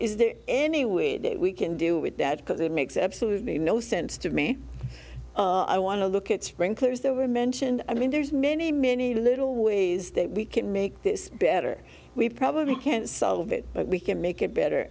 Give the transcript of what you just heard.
is there any way we can do with that because it makes absolutely no sense to me i want to look at sprinklers that were mentioned i mean there's many many little ways that we can make this better we probably can't solve it but we can make it better